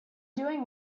doing